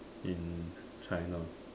in China